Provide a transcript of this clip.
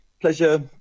pleasure